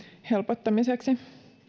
helpottamiseksi